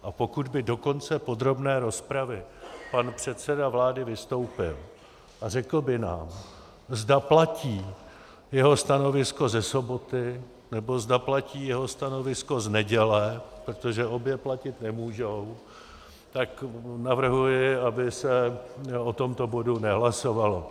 A pokud by do konce podrobné rozpravy pan předseda vlády vystoupil a řekl by nám, zda platí jeho stanovisko ze soboty, nebo zda platí jeho stanovisko z neděle, protože obě platit nemůžou, tak navrhuji, aby se o tomto bodu nehlasovalo.